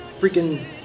freaking